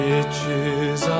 Riches